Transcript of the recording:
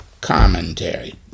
commentary